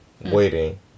waiting